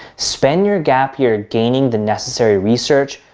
spend your gap year gaining the necessary research,